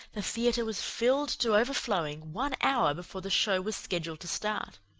the theater was filled to overflowing one hour before the show was scheduled to start.